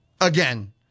again